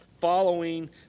following